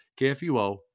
kfuo